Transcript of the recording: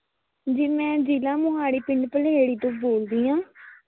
ਜੀ ਮੈਂ ਜ਼ਿਲ੍ਹਾਂ ਮੋਹਾਲੀ ਪਿੰਡ ਪਲਹੇੜੀ ਤੋਂ ਬੋਲਦੀ ਆ